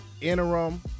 interim